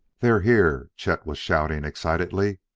they're here! chet was shouting excitedly.